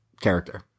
character